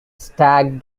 stag